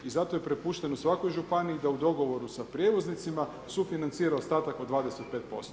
I zato je prepušteno svakoj županiji da u dogovoru sa prijevoznicima sufinancira ostatak od 25%